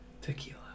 tequila